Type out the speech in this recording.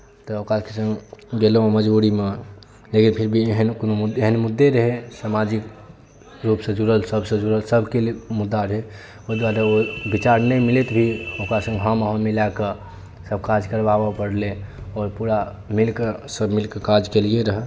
तऽ ओकरा सङ्गे गेलहुँ मजबूरीमे लेकिन फिर भी एहन कोनो एहन मुद्दे रहै सामाजिक रूपसँ जुड़ल सभसँ जुड़ल सभकेँ लिए मुद्दा रहै ओहि दुआरे ओ विचार नहि मिलैत भी ओकरा सङ्गे हँ मे हँ मिलाके सभकाज करवाबय पड़लै आओर पूरा मिलिके सभ मिलिके काज केलियै रहए